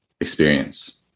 experience